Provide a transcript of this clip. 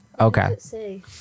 Okay